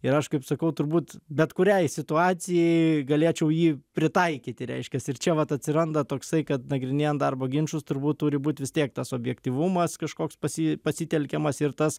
ir aš kaip sakau turbūt bet kuriai situacijai galėčiau jį pritaikyti reiškiasi ir čia vat atsiranda toksai kad nagrinėjant darbo ginčus turbūt turi būt vis tiek tas objektyvumas kažkoks pas jį pasitelkiamas ir tas